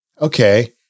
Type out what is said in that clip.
Okay